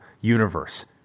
universe